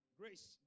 grace